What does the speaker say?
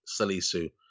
Salisu